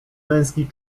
męski